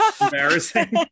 embarrassing